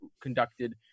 conducted